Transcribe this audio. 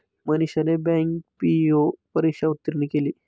मनीषाने bank PO परीक्षा उत्तीर्ण केली